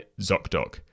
ZocDoc